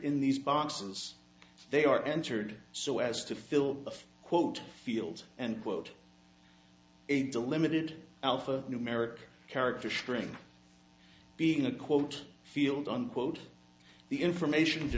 in these boxes they are entered so as to fill of quote fields and quote a delimited alpha numeric character string being a quote field unquote the information